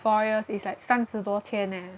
four years is like 三十多千 eh